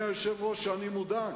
לא דרסנו?